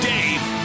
Dave